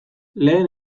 lehen